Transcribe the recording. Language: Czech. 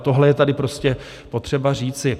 Tohle je tady prostě potřeba říci.